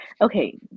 Okay